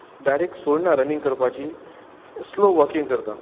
direct सोडना running करपाची slow walking करता